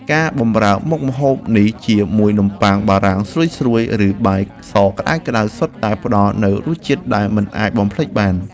ការបម្រើមុខម្ហូបនេះជាមួយនំប៉័ងបារាំងស្រួយៗឬបាយសក្តៅៗសុទ្ធតែផ្តល់នូវរសជាតិដែលមិនអាចបំភ្លេចបាន។